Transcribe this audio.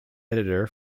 editor